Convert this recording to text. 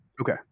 Okay